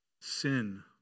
sin